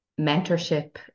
mentorship